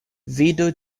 vidu